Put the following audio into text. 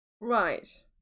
Right